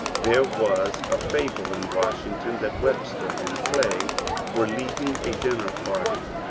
there was a fable in washington that webster and clay were leaving a dinner party,